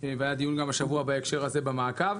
והיה דיון בהקשר הזה במעקב.